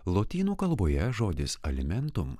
lotynų kalboje žodis alimentum